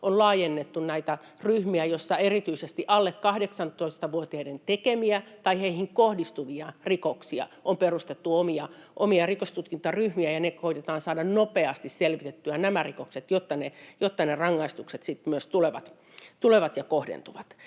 laajennettu näitä ryhmiä, joissa erityisesti alle 18-vuotiaiden tekemiä tai heihin kohdistuvia rikoksia varten on perustettu omia rikostutkintaryhmiä ja koetetaan saada nopeasti selvitettyä nämä rikokset, jotta rangaistukset sitten myös tulevat ja kohdentuvat.